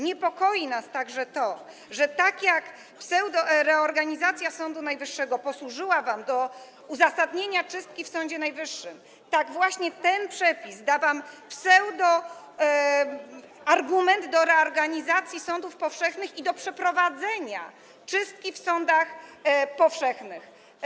Niepokoi nas także to, że tak jak pseudoreorganizacja Sądu Najwyższego posłużyła wam do uzasadnienia czystki w Sądzie Najwyższym, tak właśnie ten przepis da wam pseudoargument do reorganizacji sądów powszechnych i do przeprowadzenia czystki w sądach powszechnych.